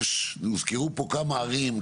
הוזכרו פה כמה ערים,